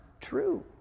true